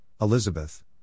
Elizabeth